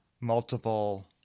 multiple